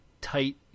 tight